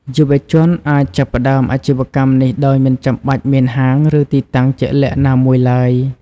យុវជនអាចចាប់ផ្តើមអាជីវកម្មនេះដោយមិនចាំបាច់មានហាង ឬទីតាំងជាក់លាក់ណាមួយឡើយ។